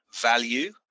value